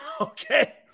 okay